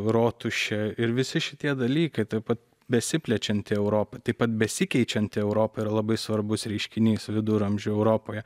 rotušė ir visi šitie dalykai taip pat besiplečianti europa taip pat besikeičianti europa yra labai svarbus reiškinys viduramžių europoje